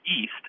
east